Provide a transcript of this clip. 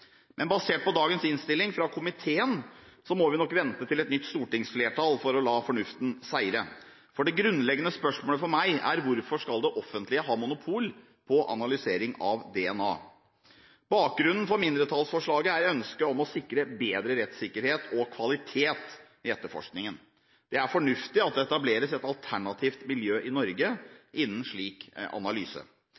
Men basert på dagens innstilling fra komiteen må vi nok vente til et nytt stortingsflertall for å la fornuften seire. Det grunnleggende spørsmålet for meg er: Hvorfor skal det offentlige ha monopol på analysering av DNA? Bakgrunnen for mindretallsforslaget er ønsket om å sikre bedre rettssikkerhet og kvalitet i etterforskningen. Det er fornuftig at det etableres et alternativt miljø i Norge